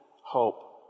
hope